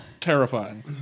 terrifying